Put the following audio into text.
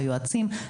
ליועצים,